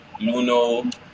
Luno